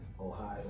Ohio